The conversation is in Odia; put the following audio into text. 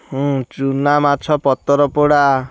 ଚୂନା ମାଛ ପତର ପୋଡ଼ା